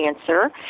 answer